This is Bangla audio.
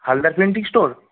Haldar printing store